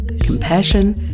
compassion